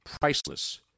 priceless